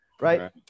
right